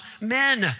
men